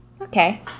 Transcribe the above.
Okay